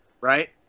right